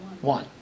One